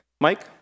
Mike